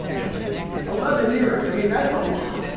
yeah eleven years, i mean that's a lot.